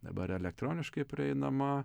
dabar elektroniškai prieinama